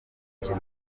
maboko